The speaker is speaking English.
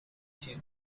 two